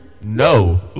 No